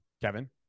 Kevin